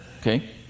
okay